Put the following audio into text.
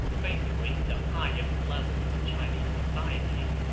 basically the highest levels of chinese society,